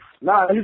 Nah